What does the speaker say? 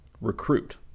recruit